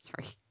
Sorry